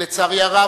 לצערי הרב,